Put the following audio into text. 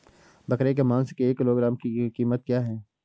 बकरे के मांस की एक किलोग्राम की कीमत क्या है?